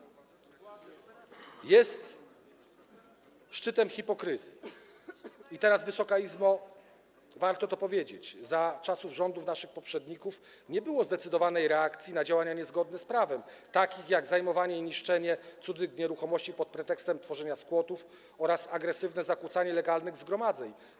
Jest to szczytem hipokryzji, Wysoka Izbo, bo warto powiedzieć, że za rządów naszych poprzedników nie było zdecydowanej reakcji na działania niezgodne z prawem, takie jak zajmowanie i niszczenie cudzych nieruchomości pod pretekstem tworzenia squatów oraz agresywne zakłócanie legalnych zgromadzeń.